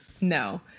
no